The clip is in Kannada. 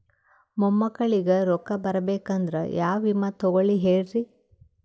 ಮೊಮ್ಮಕ್ಕಳಿಗ ರೊಕ್ಕ ಬರಬೇಕಂದ್ರ ಯಾ ವಿಮಾ ತೊಗೊಳಿ ಹೇಳ್ರಿ?